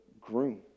groom